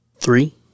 Three